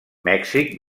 mèxic